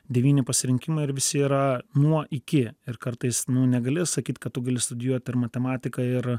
devyni pasirinkimai ir visi yra nuo iki ir kartais nu negali sakyt kad tu gali studijuot ir matematiką ir